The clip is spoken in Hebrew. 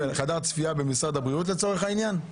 חדר צפייה במשרד הבריאות לצורך העניין?